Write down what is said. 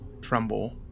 tremble